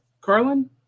Carlin